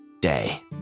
day